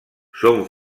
són